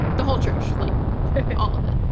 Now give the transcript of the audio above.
the whole church, like all of it.